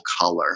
Color